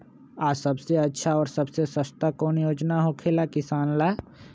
आ सबसे अच्छा और सबसे सस्ता कौन योजना होखेला किसान ला?